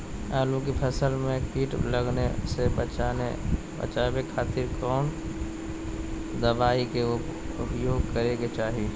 आलू के फसल में कीट लगने से बचावे खातिर कौन दवाई के उपयोग करे के चाही?